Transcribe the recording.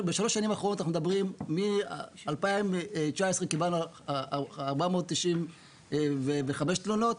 מ-2019 קיבלנו 495 תלונות.